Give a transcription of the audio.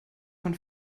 von